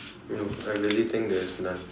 no I really think there's none